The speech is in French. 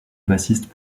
bassiste